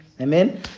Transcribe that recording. Amen